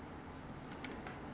!wah! 不会 dry meh